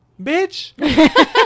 bitch